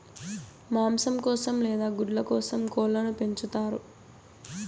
మాంసం కోసం లేదా గుడ్ల కోసం కోళ్ళను పెంచుతారు